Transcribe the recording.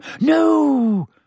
No